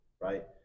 right